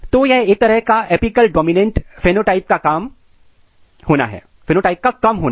तो यह एक तरह का एपिकल डोमिनेंट फेनोटाइप का कम होना है